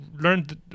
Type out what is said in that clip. learned